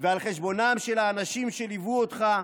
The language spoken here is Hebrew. ועל חשבונם של האנשים שליוו אותך,